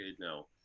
now